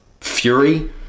fury